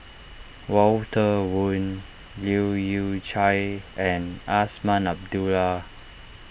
Walter Woon Leu Yew Chye and Azman Abdullah